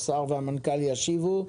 השר והמנכ"ל חייבים לזוז.